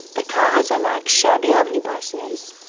the cars are like shabby omnibuses,